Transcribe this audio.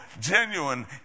genuine